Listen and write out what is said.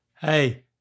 Hey